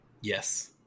Yes